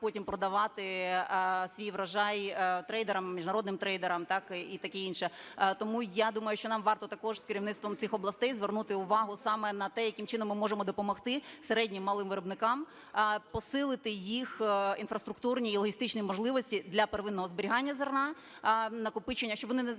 потім продавати свій врожай трейдерам, міжнародним трейдерам, так, і таке інше. Тому я думаю, що нам варто також з керівництвом цих областей звернути увагу саме на те, яким чином ми можемо допомогти середнім, малим виробникам посилити їх інфраструктурні і логістичні можливості для первинного зберігання зерна, накопичення, щоб вони не